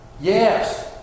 Yes